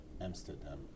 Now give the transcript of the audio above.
Amsterdam